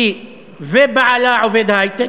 היא ובעלה, עובד ההיי-טק.